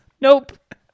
nope